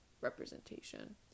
representation